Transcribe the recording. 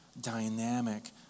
dynamic